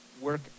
work